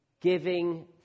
giving